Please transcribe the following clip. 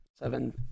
Seven